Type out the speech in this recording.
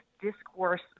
discourse